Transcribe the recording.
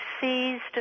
seized